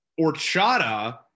orchada